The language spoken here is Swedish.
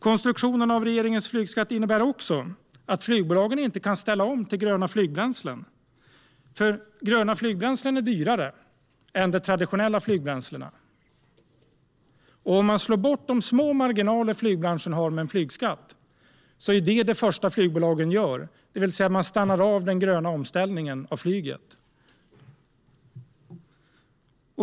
Konstruktionen av regeringens flygskatt innebär också att flygbolagen inte kan ställa om till gröna flygbränslen. Gröna flygbränslen är dyrare än de traditionella flygbränslena. Det första flygbolagen kommer att göra om man slår bort de små marginaler flygbranschen har med en flygskatt är att bromsa den gröna omställningen av flyget.